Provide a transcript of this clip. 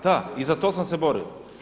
Da i za to sam se borio.